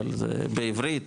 בעברית,